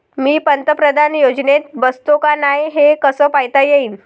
मी पंतप्रधान योजनेत बसतो का नाय, हे कस पायता येईन?